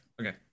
okay